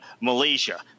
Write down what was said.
Malaysia